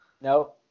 No